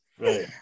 Right